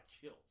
chills